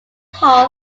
hall